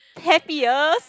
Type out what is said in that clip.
happiest